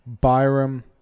Byram